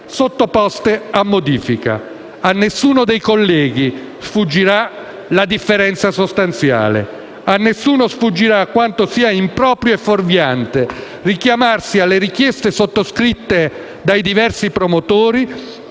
sottoposte a modifica. A nessuno dei colleghi sfuggirà la differenza sostanziale. A nessuno sfuggirà quanto sia improprio e fuorviante richiamarsi alle richieste sottoscritte dai diversi promotori